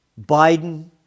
Biden